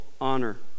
Honor